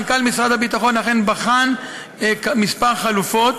מנכ"ל משרד הביטחון אכן בחן כמה חלופות.